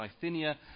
Bithynia